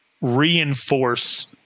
Reinforce